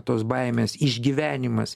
tos baimės išgyvenimas